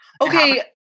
okay